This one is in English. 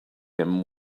him